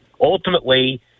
ultimately